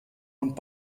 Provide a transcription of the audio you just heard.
und